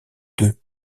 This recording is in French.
deux